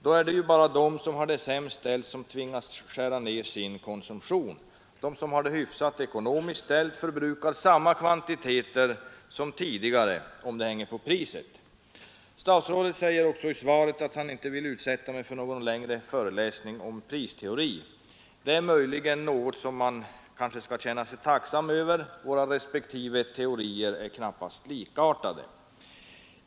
Därigenom tvingas endast de som har det sämst ställt att skära ned sin konsumtion. De som har det hyfsat ställt ekonomiskt kan förbruka samma kvantitet som tidigare — om det bara hänger på priset. Statsrådet säger också i svaret att han inte vill utsätta mig för någon längre föreläsning om pristeori. Detta är möjligen något att känna sig tacksam för, eftersom våra respektive teorier knappast är likartade.